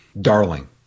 darling